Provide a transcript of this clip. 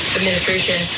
administration